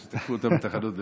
שתקפו אותם בתחנות דלק,